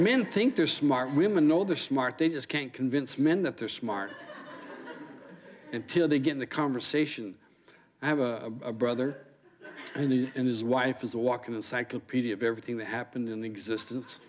men think they're smart women older smart they just can't convince men that they're smart until they get in the conversation i have a brother and his wife is a walking encyclopedia of everything that happened in existence